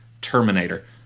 Terminator